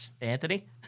Anthony